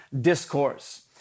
discourse